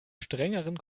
strengeren